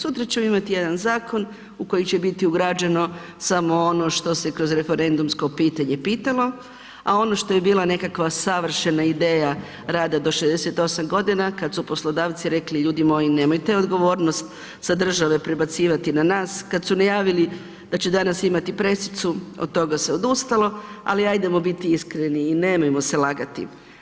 Sutra ćemo imati jedan zakon u koji će biti ugrađeno samo ono što se kroz referendumsko pitanje pitalo, a ono što je bila nekakva savršena ideja rada do 68 godina kad su poslodavci rekli ljudi moji nemojte odgovornost sa države prebacivati na nas, kad su najavili da će danas imati presicu od toga se odustalo, ali ajdemo biti iskreni i nemojmo se lagati.